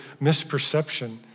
misperception